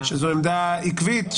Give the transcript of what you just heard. שזו עמדה עקבית,